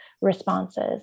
responses